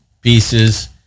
pieces